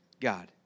God